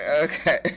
okay